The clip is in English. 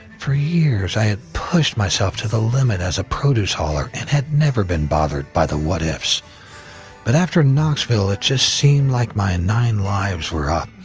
for years, i had pushed myself to the limit as a produce-hauler and had never been bothered by the what-if's but after knoxville, it just seemed like my and nine lives were up.